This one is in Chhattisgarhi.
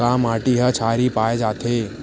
का माटी मा क्षारीय पाए जाथे?